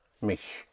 mich